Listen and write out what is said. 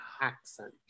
accent